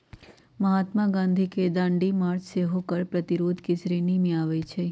महात्मा गांधी के दांडी मार्च सेहो कर प्रतिरोध के श्रेणी में आबै छइ